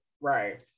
Right